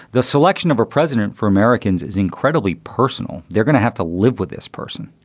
the selection of a president for americans is incredibly personal. they're going to have to live with this person.